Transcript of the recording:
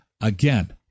Again